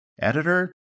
editor